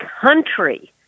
country